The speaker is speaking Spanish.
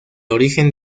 origen